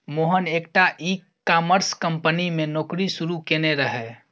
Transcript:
मोहन एकटा e commerce company मे नौकरी शुरू केने रहय